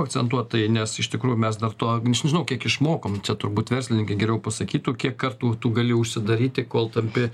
akcentuot tai nes iš tikrųjų mes dar to aš nežinau kiek išmokom čia turbūt verslininkai geriau pasakytų kiek kartų tu gali užsidaryti kol tampi